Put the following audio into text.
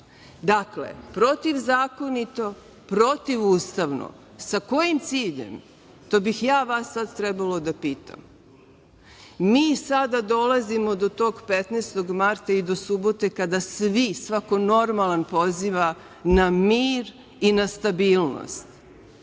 Dakle, protivzakonito, protivustavno. Sa kojim ciljem? To bih ja vas sada trebalo da pitam. Mi sada dolazimo do tog 15. marta i do subote kada svi, svako normalan poziva na mir i na stabilnost,